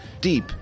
deep